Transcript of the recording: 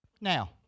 Now